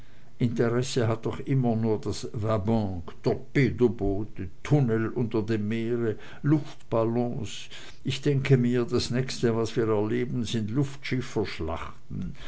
interesse hat doch immer nur das vabanque torpedoboote tunnel unter dem meere luftballons ich denke mir das nächste was wir erleben sind